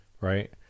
right